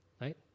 right